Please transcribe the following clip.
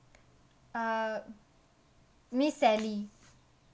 uh miss sally